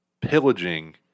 pillaging